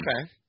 Okay